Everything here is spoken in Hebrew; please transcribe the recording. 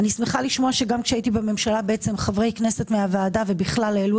אני שמחה לשמוע שגם כשהייתי בממשלה חברי כנסת מהוועדה ובכלל העלו